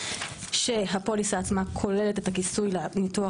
שהפוליסה עצמה כוללת את הכיסוי לניתוח